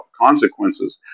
consequences